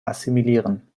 assimilieren